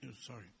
sorry